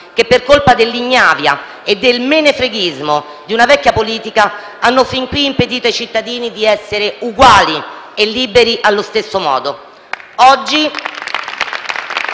che, per colpa dell'ignavia e del menefreghismo di una vecchia politica, hanno fin qui impedito ai cittadini di essere uguali e liberi allo stesso modo.